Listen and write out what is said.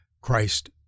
Christ